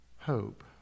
hope